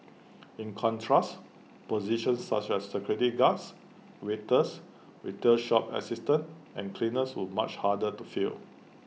in contrast positions such as security guards waiters retail shop assistants and cleaners were much harder to fill